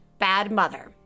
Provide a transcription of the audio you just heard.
badmother